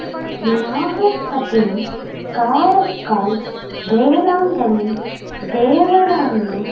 Nagapattinam Karaikal Velankanni Vedaranyam